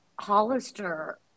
Hollister